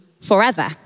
forever